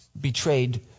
Betrayed